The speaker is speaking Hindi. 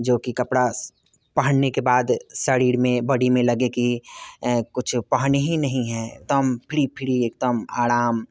जो कि कपड़ा पहनने के बाद शरीर में बडी में लगे कि कुछ पहने ही नहीं है दम फ्री फ्री एकदम आराम